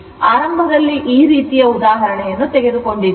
ಆರಂಭದಲ್ಲಿ ಈ ರೀತಿಯ ಉದಾಹರಣೆಯನ್ನು ತೆಗೆದುಕೊಂಡಿದ್ದೇವೆ